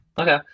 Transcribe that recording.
Okay